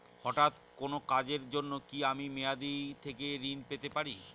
হঠাৎ কোন কাজের জন্য কি আমি মেয়াদী থেকে ঋণ নিতে পারি?